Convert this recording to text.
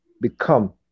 become